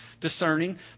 Discerning